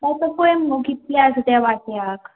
आता पळय मुगो कितले आसा ते वाट्याक